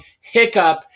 hiccup